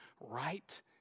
right